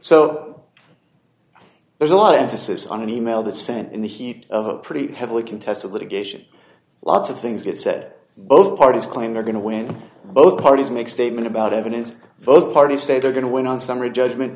so there's a lot of emphasis on an e mail that sent in the heat of a pretty heavily contested litigation lots of things get said both parties claim they're going to win both parties make statement about evidence both parties say they're going to win on summary judgment